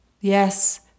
Yes